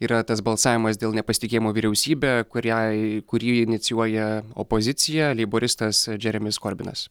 yra tas balsavimas dėl nepasitikėjimo vyriausybe kuriai kurį inicijuoja opozicija leiboristas džeremis korbinas